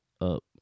up